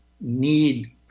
need